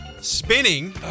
spinning